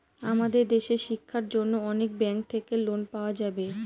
আমাদের দেশের শিক্ষার জন্য অনেক ব্যাঙ্ক থাকে লোন পাওয়া যাবে